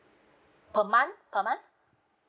per month per month